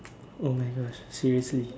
oh my gosh seriously